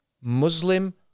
Muslim